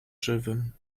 żywym